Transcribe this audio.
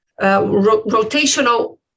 rotational